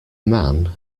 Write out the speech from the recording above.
man